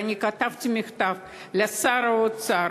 וכתבתי מכתב לשר האוצר,